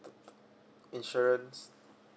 insurance